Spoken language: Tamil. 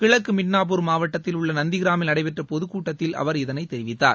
கிழக்கு மிட்னாப்பூர் மாவட்டத்தில் உள்ள நந்திகிராமில் நடைபெற்ற பொதுக்கூட்டத்தில் அவர் இதனை தெரிவித்தார்